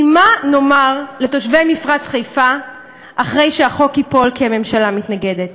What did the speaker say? כי מה נאמר לתושבי מפרץ חיפה אחרי שהחוק ייפול כי הממשלה מתנגדת?